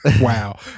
Wow